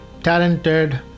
talented